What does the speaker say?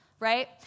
right